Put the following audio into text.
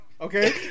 Okay